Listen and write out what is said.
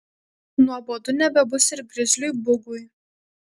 nuobodu nebebus ir grizliui bugui